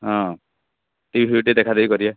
ହଁ T V ଟିକେ ଦେଖା ଦେଖି କରିବା